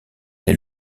est